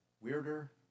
Weirder